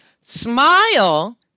smile